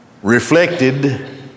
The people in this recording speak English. Reflected